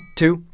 two